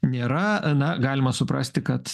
nėra na galima suprasti kad